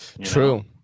True